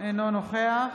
אינו נוכח